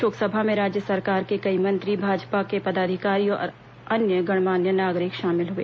शोक सभा में राज्य सरकार के कई मंत्री भाजपा के पदाधिकारी और अन्य गणमान्य नागरिक शामिल हुए